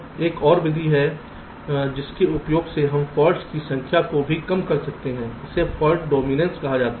एक और विधि है जिसके उपयोग से हम फॉल्ट्स की संख्या को भी कम कर सकते हैं इसे फाल्ट डोमिनेंस कहा जाता है